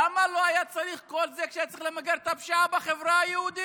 למה לא היה צריך את כל זה כשהיה צריך למגר את הפשיעה בחברה היהודית?